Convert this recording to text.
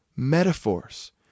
Metaphors